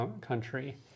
country